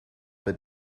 but